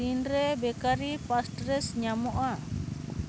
ᱛᱤᱱᱨᱮ ᱵᱮᱠᱟᱨᱤ ᱯᱟᱥᱴᱨᱮᱥ ᱧᱟᱢᱚᱜᱼᱟ